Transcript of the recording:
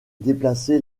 déplacé